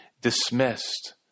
dismissed